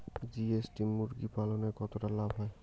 GST মুরগি পালনে কতটা লাভ হয়?